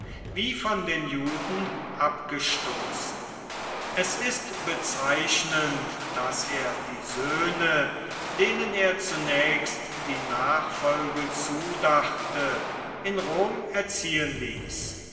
wie von den juden abgestoßen es ist bezeichnend daß er die söhne denen er zunächst die nachfolge zudachte in rom erziehen ließ